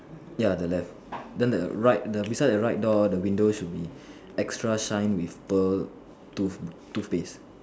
ya the left then the right the beside the right door the window should be extra shine with pearl tooth toothpaste